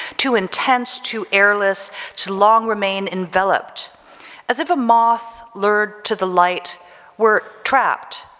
too intense, too airless to long remain enveloped as if a moth lured to the light were trapped,